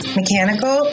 mechanical